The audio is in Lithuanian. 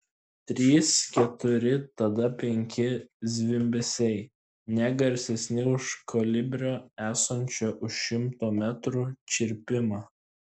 trys keturi tada penki zvimbesiai ne garsesni už kolibrio esančio už šimto metrų čirpimą